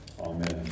Amen